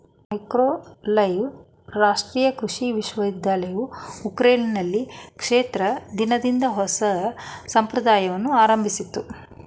Mykolaiv ರಾಷ್ಟ್ರೀಯ ಕೃಷಿ ವಿಶ್ವವಿದ್ಯಾಲಯವು ಉಕ್ರೇನ್ನಲ್ಲಿ ಕ್ಷೇತ್ರ ದಿನದ ಹೊಸ ಸಂಪ್ರದಾಯವನ್ನು ಪ್ರಾರಂಭಿಸಿತು